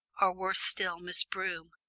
or worse still miss broom,